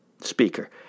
speaker